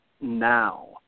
now